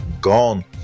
Gone